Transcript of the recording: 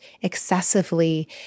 excessively